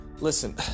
Listen